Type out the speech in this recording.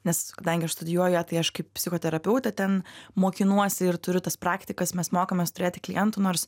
nes kadangi aš studijuoju ją tai aš kaip psichoterapeutė ten mokinuosi ir turiu tas praktikas mes mokomės turėti klientų nors